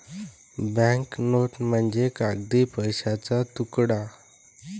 bank note म्हणजे कागदी पैशाचा तुकडा